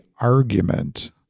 argument